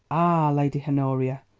lady honoria,